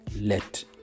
Let